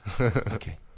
okay